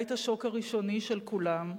היה השוק הראשוני של כולם.